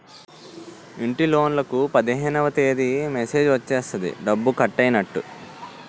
ఇంటిలోన్లకు పదిహేనవ తేదీ మెసేజ్ వచ్చేస్తది డబ్బు కట్టైనట్టు